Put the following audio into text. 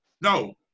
No